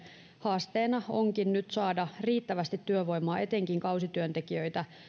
haasteena onkin nyt saada riittävästi työvoimaa etenkin kausityöntekijöitä